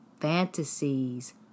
Fantasies